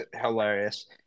hilarious